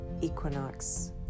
Equinox